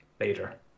later